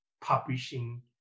publishing